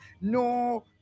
no